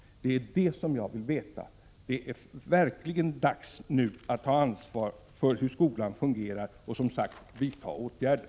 Det är det som jag vill veta. Nu är det verkligen dags att ta ansvar för hur skolan fungerar och, som sagt, vidta åtgärder.